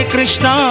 Krishna